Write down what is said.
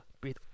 Breathe